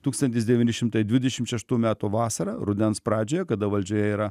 tūkstantis devyni šimtai dvidešimt šeštų metų vasarą rudens pradžioje kada valdžioje yra